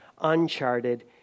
uncharted